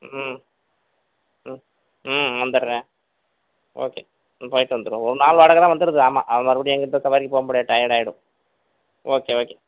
ம் ம் ம் வந்துவிடுகிறேன் ஓகே போய்விட்டு வந்துவிடுவோம் ஒரு நாள் வாடகை தான் வந்து விடுகிறது ஆமாம் அதை மறுபடியும் எங்கிட்டு சவாரிக்கு போக முடியாது டயர்டாகி விடும் ஓகே ஓகே